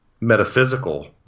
metaphysical